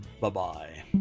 Bye-bye